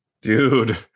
dude